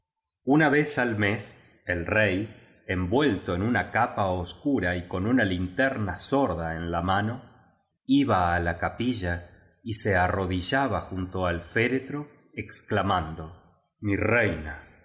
una vez al mes el rey envuelto en una capa oscura y con una linterna sorda en la mano iba á la ca pilla y se arrodillaba junto al féretro exclamando mi reina mi